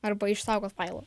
arba išsaugot failą